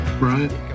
right